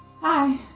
Hi